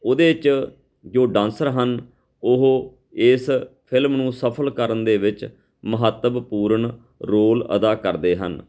ਉਹਦੇ 'ਚ ਜੋ ਡਾਂਸਰ ਹਨ ਉਹ ਇਸ ਫਿਲਮ ਨੂੰ ਸਫਲ ਕਰਨ ਦੇ ਵਿੱਚ ਮਹੱਤਵਪੂਰਨ ਰੋਲ ਅਦਾ ਕਰਦੇ ਹਨ